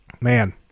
man